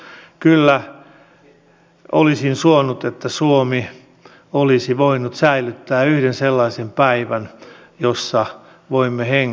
kyllä olisin suonut että suomi olisi voinut säilyttää yhden sellaisen päivän jolloin voimme hengähtää